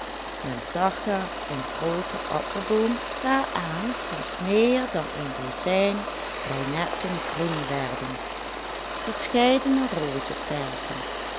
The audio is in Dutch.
men zag er een grooten appelboom waaraan soms meer dan een dozijn reinetten groen werden verscheidene